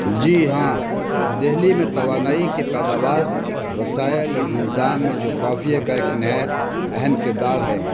جی ہاں دہلی میں توانائی کے پیداوار وسائل اور اننظام میں جغرافیے کا ایک نہایت اہم کردار ہے